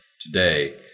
today